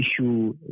issue